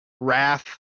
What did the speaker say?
wrath